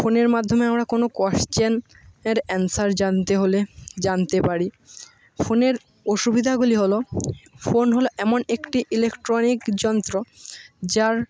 ফোনের মাধ্যমে আমরা কোনো কোয়েশ্চেনের অ্যান্সার জানতে হলে জানতে পারি ফোনের অসুবিধাগুলি হলো ফোন হলো এমন একটি ইলেকট্রনিক যন্ত্র যার